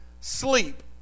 sleep